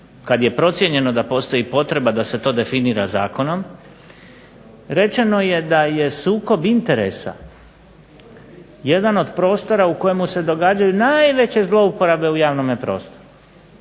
kad je procijenjeno da postoji potreba da se to definira zakonom, rečeno je da je sukob interesa jednog od prostora u kojemu se događaju najveće zlouporabe u javnome prostoru,